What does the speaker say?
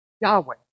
Yahweh